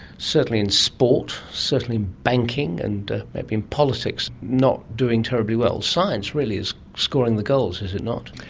certainly in sport, certainly banking and maybe in politics not doing terribly well, science really is scoring the goals, is it not?